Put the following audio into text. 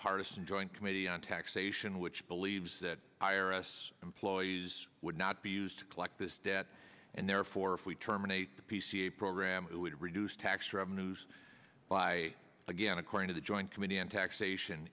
nonpartisan joint committee on taxation which believes that iris employees would not be used to collect this debt and therefore if we terminate the pca program it would reduce tax revenues by again according to the joint committee on taxation